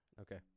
Okay